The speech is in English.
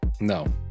no